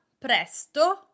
presto